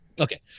Okay